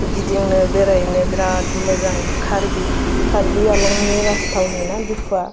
गिदिंनो बेरायनो बिराद मोजां कार्बि कार्बिआलंनि राजथावनि ना डिफुआ